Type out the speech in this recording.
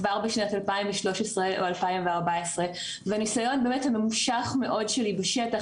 כבר בשנת 2013 או 2014 והניסיון הבאמת ממושך מאוד שלי בשטח,